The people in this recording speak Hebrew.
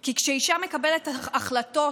כי כשאישה מקבלת החלטות,